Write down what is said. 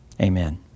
amen